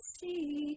see